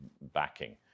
backing